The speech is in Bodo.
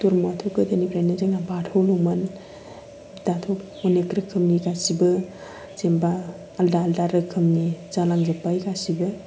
धोरोमाथ' जोंना गोदोनिफ्रायनो बाथौमोन दाथ' अनेख रोखोमनि गासिबो जेनेबा आलादा आलादा रोखोमनि जालांजोबबाय गासिबो